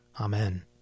Amen